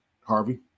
Harvey